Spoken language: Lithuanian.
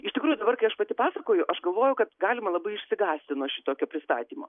iš tikrųjų dabar kai aš pati pasakoju aš galvoju kad galima labai išsigąsti nuo šitokio pristatymo